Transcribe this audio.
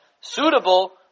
suitable